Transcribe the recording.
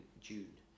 June